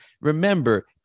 remember